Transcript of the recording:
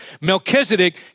Melchizedek